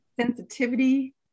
sensitivity